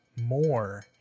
more